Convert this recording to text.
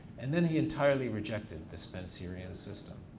and then he entirely rejected the spencerian system.